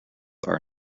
are